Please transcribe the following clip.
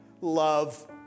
love